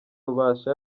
rubasha